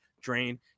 drain